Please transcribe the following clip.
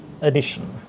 edition